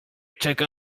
czeka